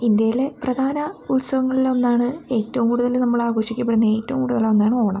ഇന്ത്യയിലെ പ്രധാന ഉത്സവങ്ങളിൽ ഒന്നാണ് ഏറ്റോം കൂടുതൽ നമ്മൾ ആഘോഷിക്കപ്പെടുന്ന ഏറ്റവും കൂടുതൽ ഒന്നാണ് ഓണം